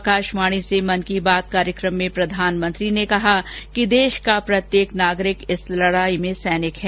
आकाशवाणी से मन की बात कार्यक्रम में आज प्रधानमंत्री ने कहा कि देश का प्रत्येक नागरिक इस लड़ाई में सैनिक है